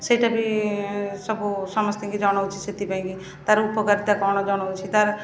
ସେଇଟା ବି ସବୁ ସମସ୍ତଙ୍କୁ ଜଣୋଉଛି ସେଥିପାଇଁକି ତା'ର ଉପକାରିତା କ'ଣ ଜଣୋଉଛି ତା'ର